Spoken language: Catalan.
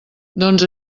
doncs